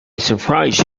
surprise